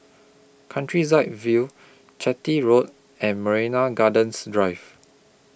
Countryside View Chitty Road and Marina Gardens Drive